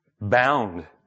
bound